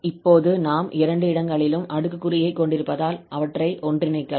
இப்போது நாம் இரண்டு இடங்களிலும் அடுக்குக்குறியைக் கொண்டிருப்பதால் அவற்றை ஒன்றிணைக்கலாம்